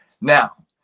Now